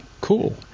cool